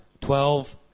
twelve